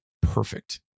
perfect